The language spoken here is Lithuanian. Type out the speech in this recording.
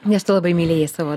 nes tu labai mylėjai savo